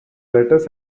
letters